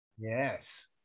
Yes